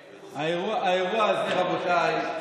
ועכשיו, האירוע הזה, רבותיי,